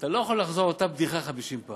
אתה לא יכול לחזור על אותה בדיחה 50 פעם.